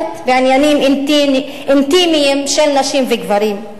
בעניינים אינטימיים של נשים וגברים.